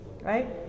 right